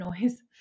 noise